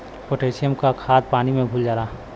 potassium क खाद पानी में घुल जाला